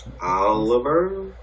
Oliver